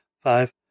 Five